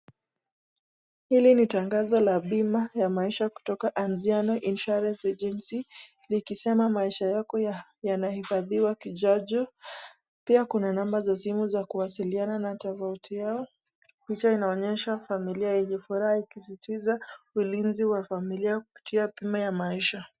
Hili ni tangazo la bima ya maisha kutoka Anziano Insurance agency, likisema maisha yako yanahifadhiwa kijajo. Pia kuna namba za simu za kuwasiliana na tovuti yao. Picha inaonyesha familia yenye furaha ikisisitiza ulinzi wa familia kupitia bima ya maisha.